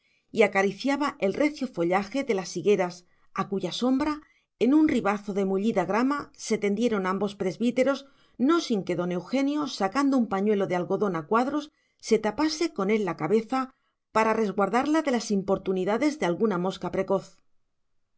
y acariciaba el recio follaje de las higueras a cuya sombra en un ribazo de mullida grama se tendieron ambos presbíteros no sin que don eugenio sacando un pañuelo de algodón a cuadros se tapase con él la cabeza para resguardarla de las importunidades de alguna mosca precoz